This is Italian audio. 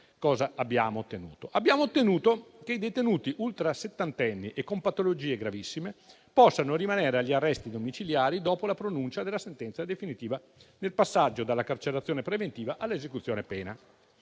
cosa abbiamo ottenuto. Abbiamo ottenuto che i detenuti ultrasettantenni e con patologie gravissime possano rimanere agli arresti domiciliari dopo la pronuncia della sentenza definitiva, nel passaggio dalla carcerazione preventiva all'esecuzione della